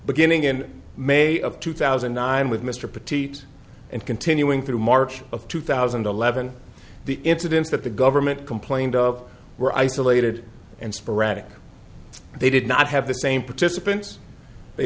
beginning in may of two thousand and nine with mr petite and continuing through march of two thousand and eleven the incidents that the government complained of were isolated and sporadic they did not have the same participants they